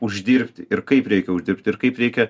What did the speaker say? uždirbti ir kaip reikia uždirbti ir kaip reikia